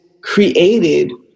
created